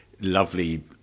Lovely